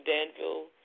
Danville